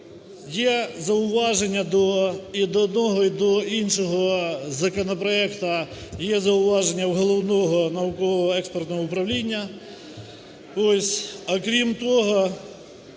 Є зауваження до… і до одного, і до іншого законопроекту, є зауваження у Головного науково-експертного управління.